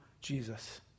Jesus